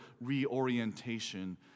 reorientation